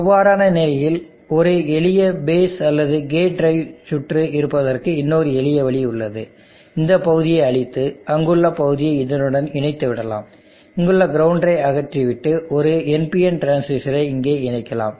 அவ்வாறான நிலையில் ஒரு எளிய பேஸ் அல்லது கேட் டிரைவ் சுற்று இருப்பதற்கு இன்னொரு எளிய வழி உள்ளது இந்த பகுதியை அழித்து அங்குள்ள பகுதியை இதனுடன் இணைத்து விடலாம் இங்குள்ள கிரவுண்டை அகற்றிவிட்டு ஒரு NPN டிரான்சிஸ்டரை இங்கே வைக்கலாம்